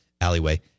alleyway